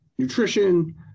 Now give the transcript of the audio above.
nutrition